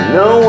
no